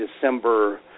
December